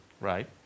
right